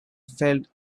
felt